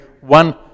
one